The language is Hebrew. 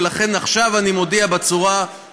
ולכן עכשיו אני מודיע לפרוטוקול